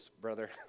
brother